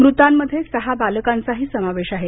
मृतांमध्ये सहा बालकांचाही समावेश आहे